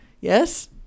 Yes